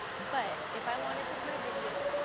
but, if i wanted to put a video,